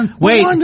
wait